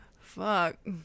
Fuck